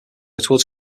towards